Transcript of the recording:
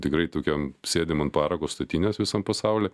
tikrai tokiam sėdim ant parako statinės visam pasauly